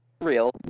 real